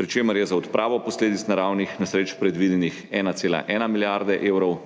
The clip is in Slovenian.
pri čemer je za odpravo posledic naravnih nesreč predvidena 1,1 milijarda evrov,